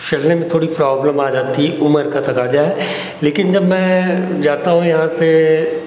चलने में थोड़ी प्रॉब्लम आ जाती है उमर का तकाज़ा है लेकिन जब मैं जाता हूँ यहाँ से